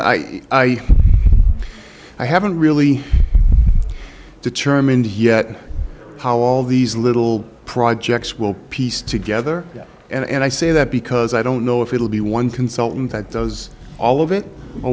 i i i haven't really determined yet how all these little projects will piece together and i say that because i don't know if it'll be one consultant that does all of it or